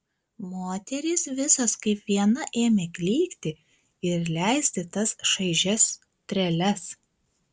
moterys visos kaip viena ėmė klykti ir leisti tas šaižias treles